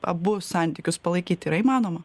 abu santykius palaikyti yra įmanoma